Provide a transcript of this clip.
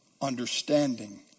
understanding